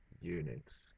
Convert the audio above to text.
units